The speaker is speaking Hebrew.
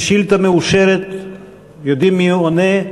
יש שאילתה מאושרת ויודעים מי עונה.